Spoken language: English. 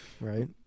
Right